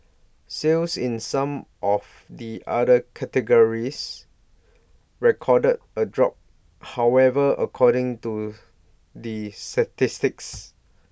sales in some of the other categories recorded A drop however according to the statistics